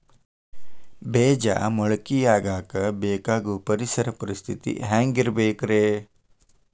ಬೇಜ ಮೊಳಕೆಯಾಗಕ ಬೇಕಾಗೋ ಪರಿಸರ ಪರಿಸ್ಥಿತಿ ಹ್ಯಾಂಗಿರಬೇಕರೇ?